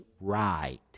right